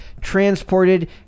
transported